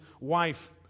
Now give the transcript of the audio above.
wife